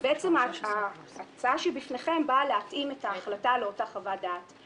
בעצם ההצעה שבפניכם באה להתאים את ההחלטה לאותה חוות דעת,